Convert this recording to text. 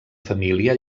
família